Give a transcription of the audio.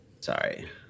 Sorry